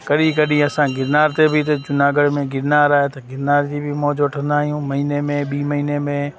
कॾहिं कॾहिं असां गिरनार देवी ते जूनागढ़ में गिरनार आहे त गिरनार जी बि मौज वठंदा आहियूं महिने में ॿी महिने में